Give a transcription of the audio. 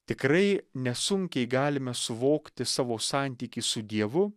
tikrai nesunkiai galime suvokti savo santykį su dievu